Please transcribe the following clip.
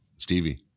Stevie